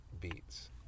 beats